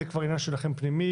זה כבר עניין פנימי שלכם,